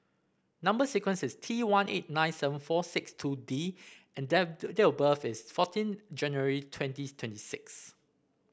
number sequence is T one eight nine seven four six two D and date of birth is fourteen January twenty twenty six